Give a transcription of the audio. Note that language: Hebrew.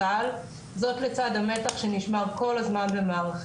כמו שיש בארץ מספר קצת יותר גדול ממספר היהודים שנולדים כל יום בעולם